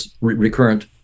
recurrent